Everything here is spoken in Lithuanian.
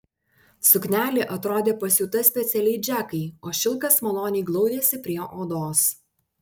suknelė atrodė pasiūta specialiai džekai o šilkas maloniai glaudėsi prie odos